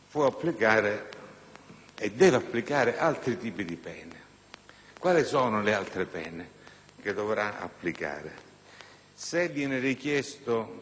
Il giudice di pace che cosa potrà fare? Qualora il condannato lo richieda,